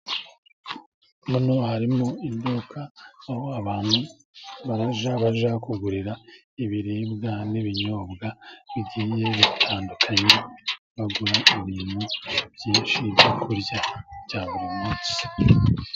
Hano harimo iduka aho abantu barajya bajya kugurira ibiribwa n'ibinyobwa bigiye bitandukanye, bagura ibintu byinshi byo kurya bya buri munsi.